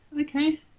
okay